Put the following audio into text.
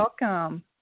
welcome